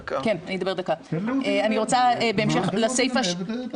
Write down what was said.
תן לעוזי לנהל ותחזור.